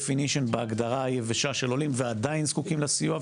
בהגדרה היבשה של עולים, ועדיין זקוקים לסיוע.